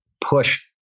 push